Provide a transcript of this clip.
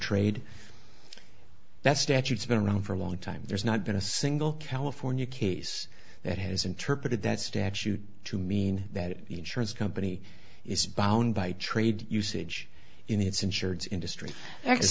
trade that statutes been around for a long time there's not been a single california case that has interpreted that statute to mean that insurance company is bound by trade usage in its insurance industry ac